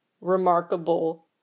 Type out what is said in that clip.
remarkable